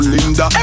Linda